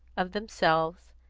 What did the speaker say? of themselves,